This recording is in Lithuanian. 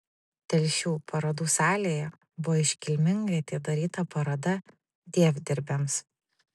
telšių parodų salėje buvo iškilmingai atidaryta paroda dievdirbiams